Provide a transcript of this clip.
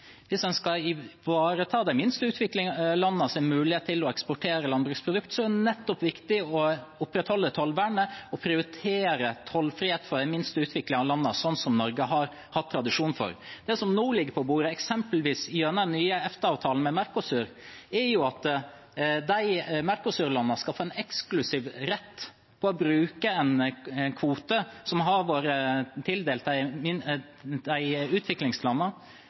Hvis en skal ivareta de minst utviklede landenes mulighet til å eksportere landbruksprodukter, er det nettopp viktig å opprettholde tollvernet og prioritere tollfrihet for de minst utviklede landene, slik Norge har hatt tradisjon for. Det som nå ligger på bordet, eksempelvis gjennom den nye EFTA-avtalen med Mercosur, er at Mercosur-landene skal få en eksklusiv rett til å bruke en kvote som har vært tildelt utviklingslandene. Mercosur-landene skal få en kvote på 500 tonn biff og fileter. I dag er det 100 kr i